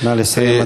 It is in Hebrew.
נא לסיים.